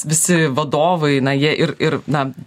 visi vadovai na jie ir ir na